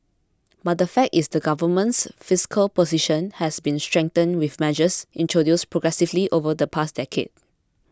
but the fact is the Government's fiscal position has been strengthened with measures introduced progressively over the past decade